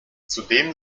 zudem